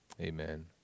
Amen